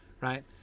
right